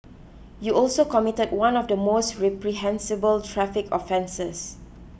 you also committed one of the most reprehensible traffic offences